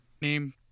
name